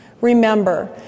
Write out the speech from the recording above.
Remember